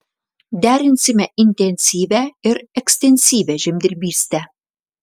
derinsime intensyvią ir ekstensyvią žemdirbystę